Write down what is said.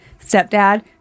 stepdad